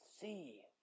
See